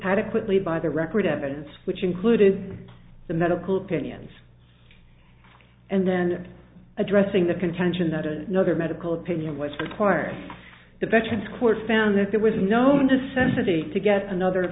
adequately by the record evidence which included the medical pinions and then addressing the contention that a no other medical opinion was required the veterans court found that there was no necessity to get another